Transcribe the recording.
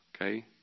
okay